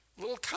little